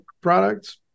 products